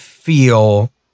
Feel